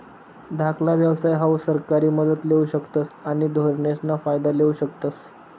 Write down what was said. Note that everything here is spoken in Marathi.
धाकला व्यवसाय हाऊ सरकारी मदत लेवू शकतस आणि धोरणेसना फायदा लेवू शकतस